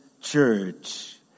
Church